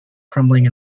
crumbling